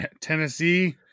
Tennessee